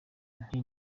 nti